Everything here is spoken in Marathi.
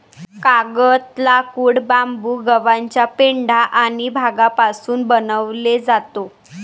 कागद, लाकूड, बांबू, गव्हाचा पेंढा आणि भांगापासून बनवले जातो